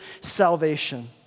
salvation